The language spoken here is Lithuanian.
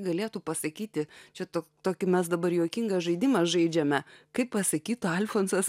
galėtų pasakyti čia tu tokį mes dabar juokingą žaidimą žaidžiame kaip pasakytų alfonsas